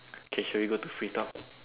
K should we go to free talk